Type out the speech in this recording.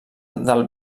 del